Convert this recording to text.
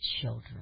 children